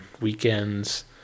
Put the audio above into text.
weekends